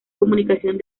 comunicación